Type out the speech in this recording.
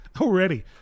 Already